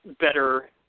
better